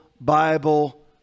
Bible